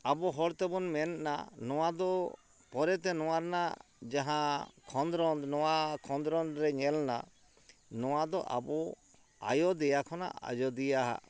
ᱟᱵᱚ ᱦᱚᱲ ᱛᱮᱵᱚᱱ ᱢᱮᱱᱟ ᱱᱚᱣᱟ ᱫᱚ ᱯᱚᱨᱮᱛᱮ ᱱᱚᱣᱟ ᱨᱮᱱᱟᱜ ᱡᱟᱦᱟᱸ ᱠᱷᱚᱸᱫᱽᱨᱚᱸᱫᱽ ᱱᱚᱣᱟ ᱠᱷᱚᱸᱫᱽᱨᱚᱸᱫᱽᱨᱮ ᱧᱮᱞᱱᱟ ᱱᱚᱣᱟ ᱫᱚ ᱟᱵᱚ ᱟᱭᱚᱫᱮᱭᱟ ᱠᱷᱚᱱᱟᱜ ᱟᱡᱚᱫᱤᱭᱟᱹ